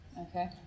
Okay